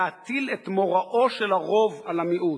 להטיל את מוראו של הרוב על המיעוט,